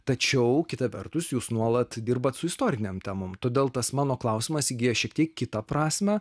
tačiau kita vertus jūs nuolat dirbate su istorinėm temom todėl tas mano klausimas įgyja šiek tiek kitą prasmę